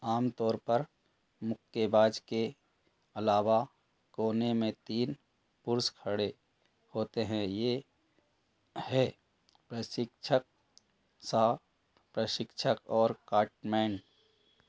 आमतौर पर मुक्केबाज़ के अलावा कोने में तीन पुरुष खड़े होते हैं यह हैं प्रशिक्षक सह प्रशिक्षक और कोर्टमैन